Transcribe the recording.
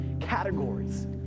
categories